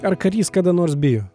ar karys kada nors bijo